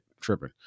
tripping